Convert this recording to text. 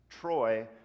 Troy